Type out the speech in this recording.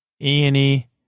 Annie